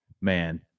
man